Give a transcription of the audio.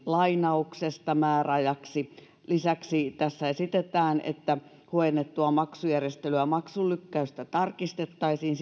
lainauksesta määräajaksi lisäksi tässä esitetään että huojennettua maksujärjestelyä maksunlykkäystä tarkistettaisiin